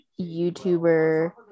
youtuber